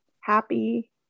happy